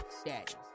status